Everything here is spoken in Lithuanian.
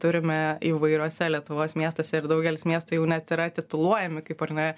turime įvairiuose lietuvos miestuose ir daugelis miestų jau net yra tituluojami kaip ar ne